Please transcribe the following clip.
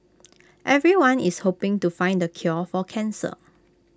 everyone is hoping to find the cure for cancer